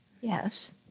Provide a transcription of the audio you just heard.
Yes